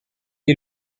est